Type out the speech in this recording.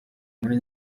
muri